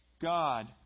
God